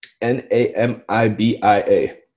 N-A-M-I-B-I-A